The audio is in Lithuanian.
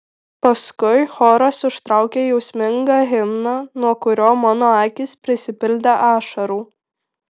paskui choras užtraukė jausmingą himną nuo kurio mano akys prisipildė ašarų